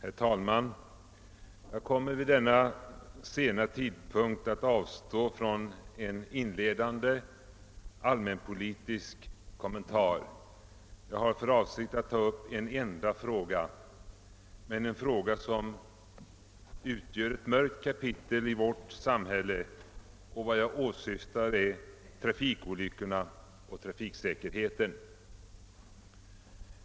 Herr talman! Jag skall vid denna sena tidpunkt avstå från en inledande allmänpolitisk kommentar. Jag har för avsikt att ta upp en enda fråga — men en fråga som utgör ett mörkt kapitel i vårt samhälle. Vad jag åsyftar är trafikolyckorna och trafiksäkerheten.